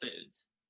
foods